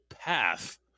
path